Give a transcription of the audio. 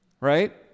right